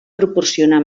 proporcionar